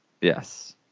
yes